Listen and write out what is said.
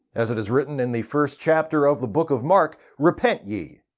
as it is written in the first chapter of the book of mark, repent ye,